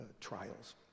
trials